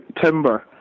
timber